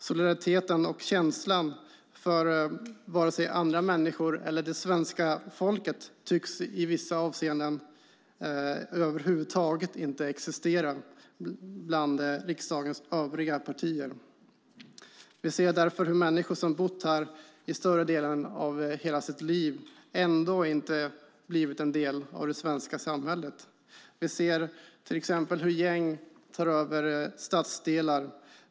Solidariteten och känslan för andra människor eller det svenska folket tycks i vissa avseenden över huvud taget inte existera bland riksdagens övriga partier. Vi ser därför hur människor som har bott här i större delen av sitt liv ändå inte blivit en del av det svenska samhället. Vi ser till exempel hur gäng tar över stadsdelar.